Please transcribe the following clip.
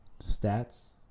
Stats